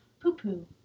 poo-poo